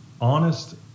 honest